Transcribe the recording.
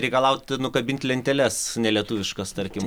reikalaut nukabinti lenteles nelietuviškas tarkim